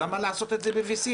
למה לעשות את זה ב-VC?